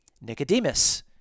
Nicodemus